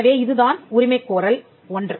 எனவே இதுதான் உரிமைக்கோரல் ஒன்று